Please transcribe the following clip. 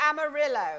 Amarillo